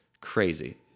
Crazy